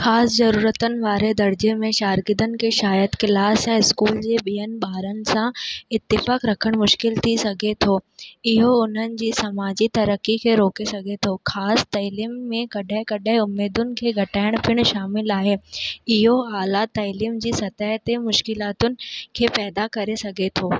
ख़ासि ज़रूरतनि वारे दर्जे में शागिर्दनि खे शाइद क्लास ऐं इस्कूल जी ॿियनि ॿारनि सां इस्तिफ़ाक रखण मुश्किलु थी सघे थो इहो उन्हनि जी समाजी तरक्की खे रोके सघे थो ख़ासि तालीम में कॾहिं कॾहिं उमीदुनि खे घटाइण पिणु शामिलु आहे इयो हालतु तालीमु जी सतह ते मुश्किलातुनि खे पैदा करे सघे थो